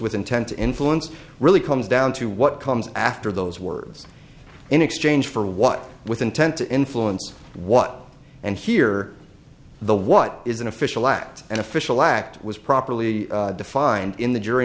with intent to influence really comes down to what comes after those words in exchange for what with intent to influence what and here the what is an official act an official act was properly defined in the jury